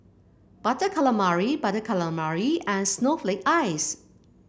Butter Calamari Butter Calamari and Snowflake Ice